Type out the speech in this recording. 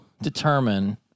Determine